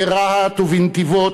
ברהט ובנתיבות,